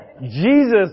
Jesus